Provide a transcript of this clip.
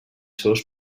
seus